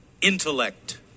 intellect